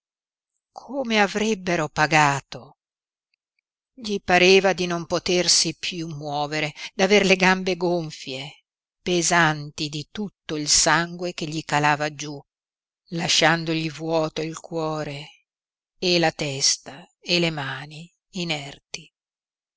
come avrebbero pagato gli pareva di non potersi piú muovere d'aver le gambe gonfie pesanti di tutto il sangue che gli calava giú lasciandogli vuoto il cuore e la testa e le mani inerti